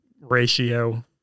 ratio